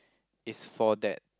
it's for that